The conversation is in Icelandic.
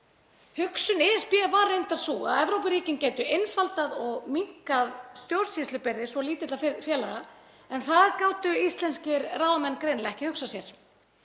Hugsun ESB var reyndar sú að Evrópuríkin gætu einfaldað og minnkað stjórnsýslubyrði svo lítilla félaga, en það gátu íslenskir ráðamenn greinilega ekki hugsað sér.